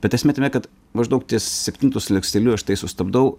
bet esmė tame kad maždaug ties septintu slanksteliu aš tai sustabdau